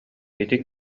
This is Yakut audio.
ити